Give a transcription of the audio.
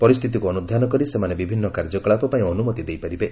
ପରିସ୍ଥିତିକୁ ଅନୁଧ୍ୟାନ କରି ସେମାନେ ବିଭିନ୍ନ କାର୍ଯ୍ୟକଳାପ ପାଇଁ ଅନୁମତି ଦେଇପାରିବେ